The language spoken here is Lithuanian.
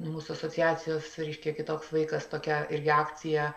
mūsų asociacijos reiškia kitoks vaikas tokia irgi akcija